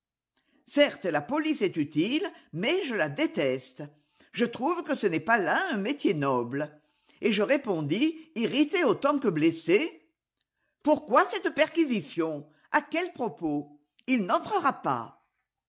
certes la police est utile mais je la déteste je trouve que ce n'est pas là un métier noble et je répondis irritée autant que blessée pourquoi cette perquisition a quel propos ii n'entrera pas